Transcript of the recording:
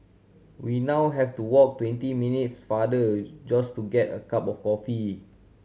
we now have to walk twenty minutes farther just to get a cup of coffee